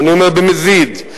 ואני אומר: במזיד,